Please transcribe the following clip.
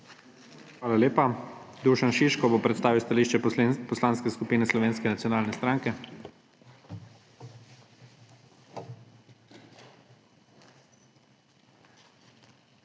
Hvala lepa. Dušan Šiško bo predstavil stališče Poslanske skupine Slovenske nacionalne stranke. **DUŠAN